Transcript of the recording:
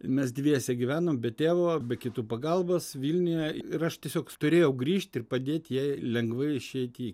mes dviese gyvenom be tėvo be kitų pagalbos vilniuje ir aš tiesiog turėjau grįžt ir padėt jai lengvai išeiti į